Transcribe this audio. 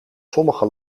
sommige